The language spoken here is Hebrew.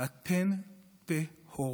אתן טהורות.